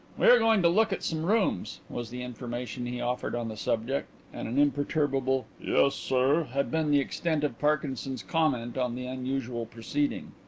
we are going to look at some rooms, was the information he offered on the subject, and an imperturbable yes, sir had been the extent of parkinson's comment on the unusual proceeding.